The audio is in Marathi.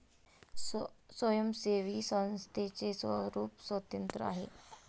स्वयंसेवी संस्थेचे स्वरूप स्वतंत्र आहे